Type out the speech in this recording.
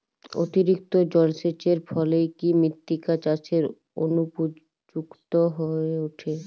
অতিরিক্ত জলসেচের ফলে কি মৃত্তিকা চাষের অনুপযুক্ত হয়ে ওঠে?